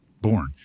born